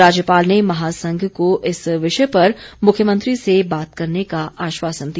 राज्यपाल ने महासंघ को इस विषय पर मुख्यमंत्री से बात करने का आश्वासन दिया